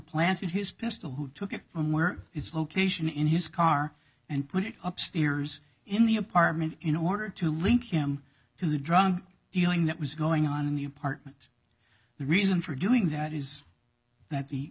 planted his pistol who took it from where its location in his car and put it up stairs in the apartment in order to link him to the drug dealing that was going on in the apartment the reason for doing that is that